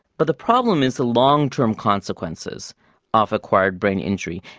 but the problem is the long-term consequences of acquired brain injury,